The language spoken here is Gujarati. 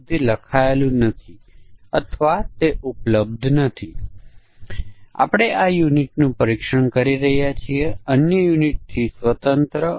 તેથી આપણે આ દરેકને સમકક્ષ વર્ગોનો માન્ય સેટ અને સમકક્ષ વર્ગના અમાન્ય સેટને ઓળખવાની જરૂર છે